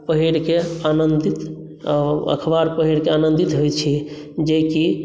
पढ़िके आनन्दित अखबार पढ़िके आनन्दित होइत छी जेकि